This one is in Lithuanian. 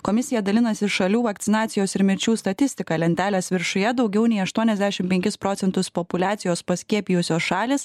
komisija dalinasi šalių vakcinacijos ir mirčių statistika lentelės viršuje daugiau nei aštuoniasdešim penkis procentus populiacijos paskiepijusios šalys